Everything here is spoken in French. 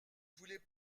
voulez